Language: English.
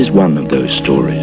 is one of those stories